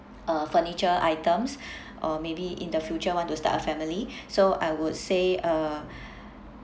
uh furniture items or maybe in the future want to start a family so I would say uh